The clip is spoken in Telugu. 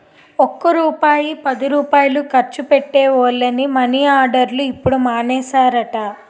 ఒక్క రూపాయి పదిరూపాయలు ఖర్చు పెట్టే వోళ్లని మని ఆర్డర్లు ఇప్పుడు మానేసారట